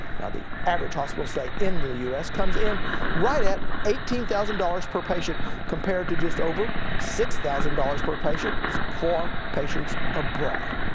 now the average hospital stay in the u s comes in right at eighteen thousand dollars per patient compared to just over six thousand dollars per patient for patients abroad.